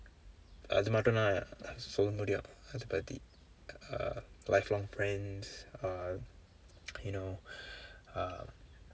அது மட்டும் தான் சொல்ல முடியும் இது பற்றி:athu matdum thaan solla mudiyum ithu parri uh lifelong friends uh you know uh